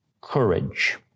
courage